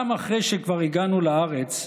גם אחרי שכבר הגענו לארץ,